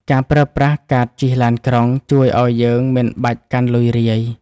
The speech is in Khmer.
ការប្រើប្រាស់កាតជិះឡានក្រុង ជួយឱ្យយើងមិនបាច់កាន់លុយរាយ។